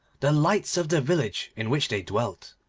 the lights of the village in which they dwelt.